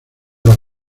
las